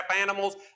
animals